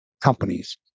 companies